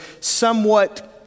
somewhat